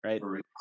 right